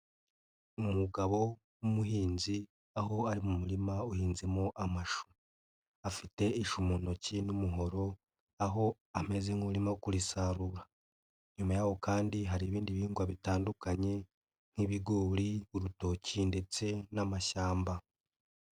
Umugabo w'umuhinzi aho ari mu murima uhinzemo amashu, afite ishu mu ntoki n'umuhoro aho ameze nk'urimo kurisarura, inyuma yaho kandi hari ibindi bihingwa bitandukanye nk'ibigori, urutoki ndetse n'amashyamba.